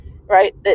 Right